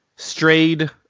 strayed